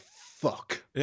fuck